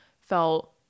felt